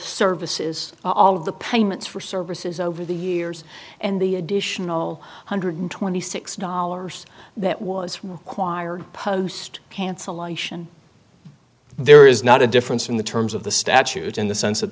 services all of the payments for services over the years and the additional one hundred twenty six dollars that was required post cancellation there is not a difference in the terms of the statute in the sense that